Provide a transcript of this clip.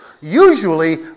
usually